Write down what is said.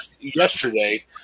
yesterday